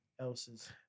else's